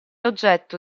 oggetto